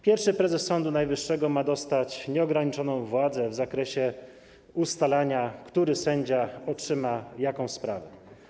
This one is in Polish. Pierwszy prezes Sądu Najwyższego ma dostać nieograniczoną władzę w zakresie ustalania, który sędzia otrzyma jaką sprawę.